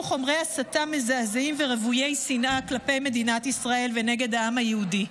חומרי הסתה מזעזעים ורווי שנאה כלפי מדינת ישראל ונגד העם היהודי.